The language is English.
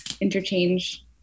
interchange